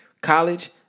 College